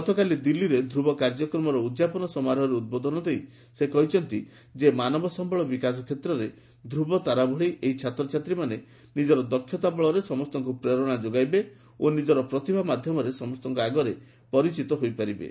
ଗତକାଲି ଦିଲ୍ଲୀରେ ଧ୍ରବ କାର୍ଯ୍ୟକ୍ରମର ଉଦ୍ଯାପନ ସମାରୋହରେ ଉଦ୍ବୋଧନ ଦେଇ ସେ କହିଛନ୍ତି ଯେ ମାନବ ସମ୍ଭଳ ବିକାଶ କ୍ଷେତ୍ରରେ ଧ୍ରୁବ ତାରା ଭଳି ଏହି ଛାତ୍ରଛାତ୍ରୀମାନେ ନିଜର ଦକ୍ଷତା ବଳରେ ସମସ୍ତଙ୍କୁ ପ୍ରେରଣା ଯୋଗାଇବେ ଓ ନିଜର ପ୍ରତିଭା ମାଧ୍ୟମରେ ସମସ୍ତଙ୍କ ଆଗରେ ପରିଚିତ ହେବେ